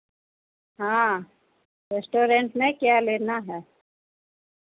हाँ रेस्टोरेंट में क्या लेना है